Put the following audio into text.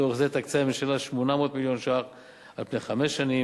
לצורך זה תקצה הממשלה 800 מיליון ש"ח על פני חמש שנים,